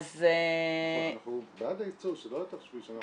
-- אנחנו בעד הייצוא, שלא תחשבי שאנחנו נגד זה.